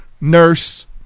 nurse